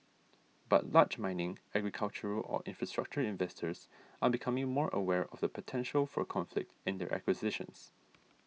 but large mining agricultural or infrastructure investors are becoming more aware of the potential for conflict in their acquisitions